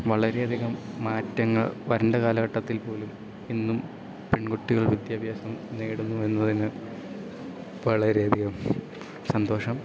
വളരെയധികം മാറ്റങ്ങൾ വരേണ്ട കാലഘട്ടത്തിൽ പോലും ഇന്നും പെൺകുട്ടികൾ വിദ്യാഭ്യാസം നേടുന്നു എന്നതിന് വളരെയധികം സന്തോഷം